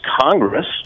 Congress